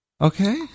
Okay